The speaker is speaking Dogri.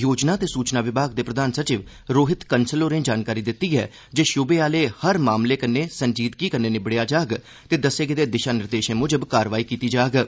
योजना ते सूचना विभाग दे प्रधान सचिव रोहित कंसल होरें जानकारी दित्ती ऐ जे शुबे आले हर मामले कन्नै संजीदगी कन्नै लैंदे होई दस्से गेदे दिशानिर्देशें मुजब कारवाई कीती जा'रदी ऐ